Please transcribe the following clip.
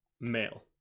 male